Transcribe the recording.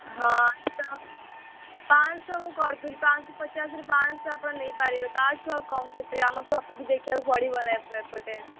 ହଁ ଆଚ୍ଛା ପାଞ୍ଚଶହ ମୁଁ କରି ଦେବି ପାଞ୍ଚଶହ ପଚାଶରୁ ପାଞ୍ଚଶହ ଆପଣ ନେଇ ପାରିବେ ତାଠୁ ଆଉ କମ୍ କରି ପାରିବିନି ଆମକୁ ଅଫିସ୍ରେ ଦେଖିବାକୁ ପଡ଼ିବ ନା ଏପଟେ